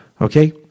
Okay